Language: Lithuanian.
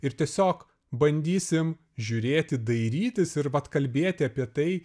ir tiesiog bandysim žiūrėti dairytis ir vat kalbėti apie tai